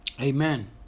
amen